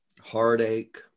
heartache